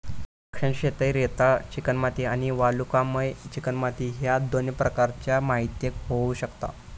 द्राक्षांची शेती रेताळ चिकणमाती आणि वालुकामय चिकणमाती ह्य दोन प्रकारच्या मातीयेत होऊ शकता